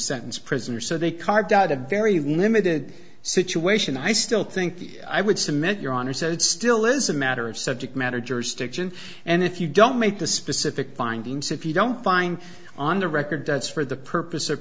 sentence prisoner so they carved out a very limited situation i still think i would submit your honor said still is a matter of subject matter jurisdiction and if you don't meet the specific findings if you don't find on the record that's for the purpose of